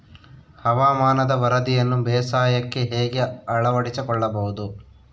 ಹವಾಮಾನದ ವರದಿಯನ್ನು ಬೇಸಾಯಕ್ಕೆ ಹೇಗೆ ಅಳವಡಿಸಿಕೊಳ್ಳಬಹುದು?